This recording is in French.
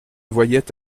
voyait